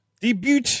Debut